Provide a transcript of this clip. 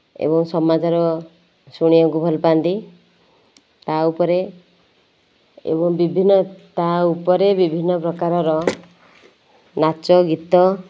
ଏବଂ ସମାଜର ଶୁଣିବାକୁ ଭଲ ପାନ୍ତି ତା' ଉପରେ ଏବଂ ବିଭିନ୍ନ ତା' ଉପରେ ବିଭିନ୍ନ ପ୍ରକାରର ନାଚ ଗୀତ